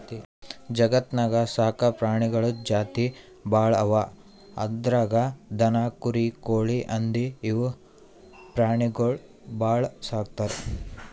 ಜಗತ್ತ್ನಾಗ್ ಸಾಕ್ ಪ್ರಾಣಿಗಳ್ ಜಾತಿ ಭಾಳ್ ಅವಾ ಅದ್ರಾಗ್ ದನ, ಕುರಿ, ಕೋಳಿ, ಹಂದಿ ಇವ್ ಪ್ರಾಣಿಗೊಳ್ ಭಾಳ್ ಸಾಕ್ತರ್